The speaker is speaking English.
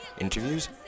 interviews